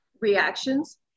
reactions